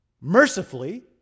Mercifully